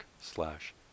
slash